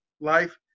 life